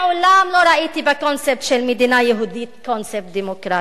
מעולם לא ראיתי בקונספט של מדינה יהודית קונספט דמוקרטי.